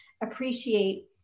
appreciate